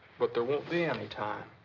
but there won't be any time.